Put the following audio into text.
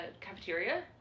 cafeteria